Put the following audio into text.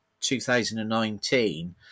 2019